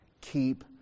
Keep